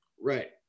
Right